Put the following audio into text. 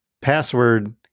password